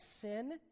sin